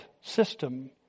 system